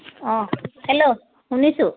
অঁ হেল্ল' শুনিছোঁ